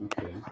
Okay